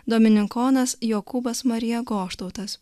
dominikonas jokūbas marija goštautas